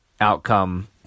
outcome